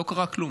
לא קרה כלום.